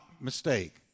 mistake